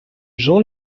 jean